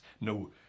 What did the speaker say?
no